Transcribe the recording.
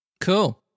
Cool